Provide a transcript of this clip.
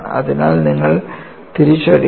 അതിനാൽ നിങ്ങൾ അത് തിരിച്ചറിയണം